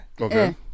Okay